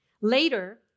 Later